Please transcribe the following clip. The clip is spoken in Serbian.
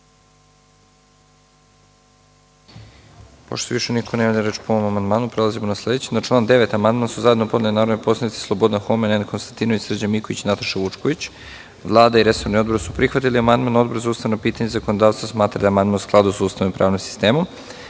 Pošto se više niko ne javlja za reč po ovom amandmanu, prelazimo na sledeći. Na član 9. amandman su zajedno podneli narodni poslanici Slobodan Homen, Nenad Konstantinović, Srđan Miković i Nataša Vučković. Vlada i resorni odbor su prihvatili amandman. Odbor za ustavna pitanja i zakonodavstvo smatra da je amandman u skladu sa Ustavom i pravnim